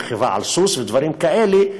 רכיבה על סוס ודברים כאלה,